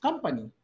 Company